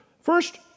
First